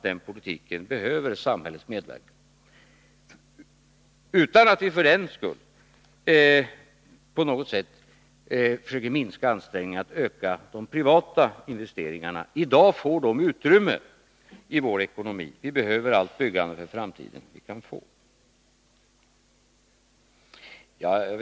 Den politiken behöver samhällets medverkan, utan att vi för den skull på något sätt försöker minska ansträngningarna att öka de privata investeringarna. I dag får de utrymme i vår ekonomi. Vi behöver allt byggande för framtiden som vi kan få.